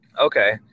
Okay